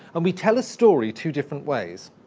and we tell a story two different ways.